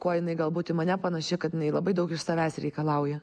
kuo jinai galbūt į mane panaši kad jinai labai daug iš savęs reikalauja